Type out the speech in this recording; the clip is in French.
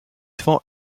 souvent